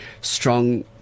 strong